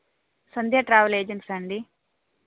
సంధ్య travel agency అండి